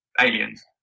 Aliens